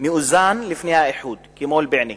מאוזן לפני האיחוד, כמו בענה,